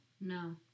no